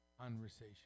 conversation